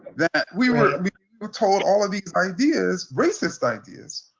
that we were were told all of these ideas, racist ideas,